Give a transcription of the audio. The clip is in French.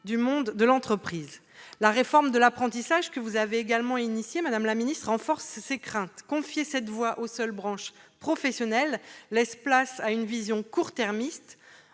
du monde de l'entreprise ... La réforme de l'apprentissage que vous avez engagée, madame la ministre, renforce ces craintes. En effet, confier cette voie aux seules branches professionnelles laisse place à une vision court-termiste